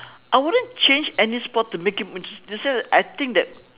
I wouldn't change any sport to make it more just you see I think that